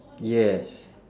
yes